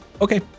Okay